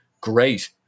great